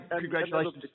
congratulations